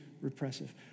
repressive